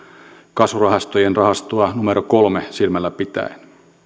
kasvurahastojen rahasto kolmea silmällä pitäen